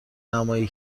نمایی